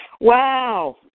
Wow